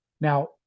Now